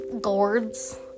gourds